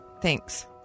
Thanks